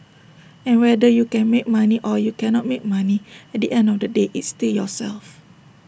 and whether you can make money or you cannot make money at the end of the day it's still yourself